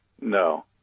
No